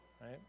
right